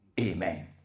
Amen